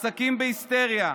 העסקים בהיסטריה,